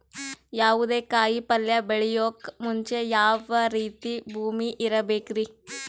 ಯಾವುದೇ ಕಾಯಿ ಪಲ್ಯ ಬೆಳೆಯೋಕ್ ಮುಂಚೆ ಯಾವ ರೀತಿ ಭೂಮಿ ಇರಬೇಕ್ರಿ?